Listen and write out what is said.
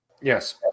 Yes